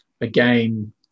again